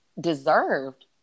deserved